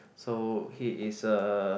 so he is a